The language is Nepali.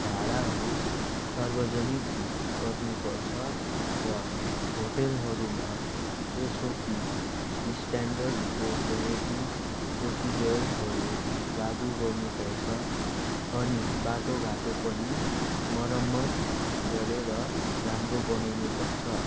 भाडाहरू सार्वजनिक गर्नु पर्छ र होटेलहरूमा एसओपी स्ट्यान्डर्ड ओपरेटिङ प्रोसिजरहरू लागु गर्नु पर्छ अनि बाटोघाटो पनि मरम्मत गरेर राम्रो बनाउनु पर्छ